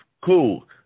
cool